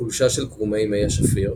חולשה של קרומי מי השפיר